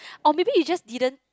oh maybe you just didn't